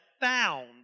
found